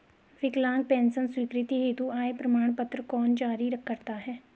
विकलांग पेंशन स्वीकृति हेतु आय प्रमाण पत्र कौन जारी करता है?